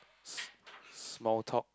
s~ small talk